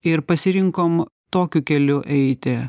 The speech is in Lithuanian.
ir pasirinkom tokiu keliu eiti